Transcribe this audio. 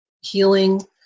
healing